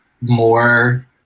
more